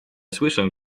słyszę